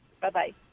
bye-bye